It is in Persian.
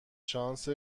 شانس